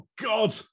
God